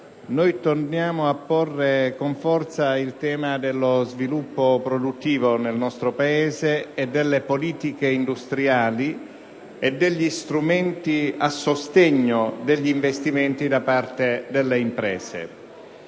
2.13 torniamo a porre con forza il tema dello sviluppo produttivo nel nostro Paese, delle politiche industriali e degli strumenti a sostegno degli investimenti delle imprese.